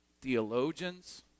theologians